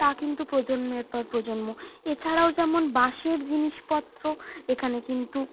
তা কিন্তু প্রজন্মের পর প্রজন্ম এছাড়াও যেমন বাঁশের জিনিসপত্র এখানে কিন্তু